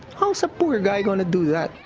how's a poor guy going to do that?